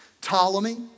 Ptolemy